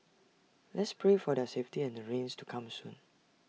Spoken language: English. let's pray for their safety and the rains to come soon